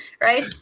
right